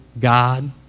God